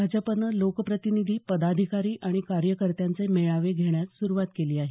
भाजपनं लोकप्रतिनिधी पदाधिकारी आणि कार्यकर्त्यांचे मेळावे घेण्यास सुरुवात केली आहे